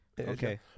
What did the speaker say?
Okay